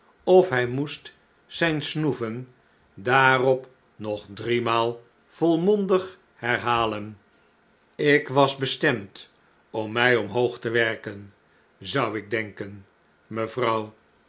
of hij moest zijn snoeven daarop nog driemaal volmondig herhalen ik was bestemd om mij omhoog te werken zou ik denken mevrouw